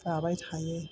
जाबाय थायो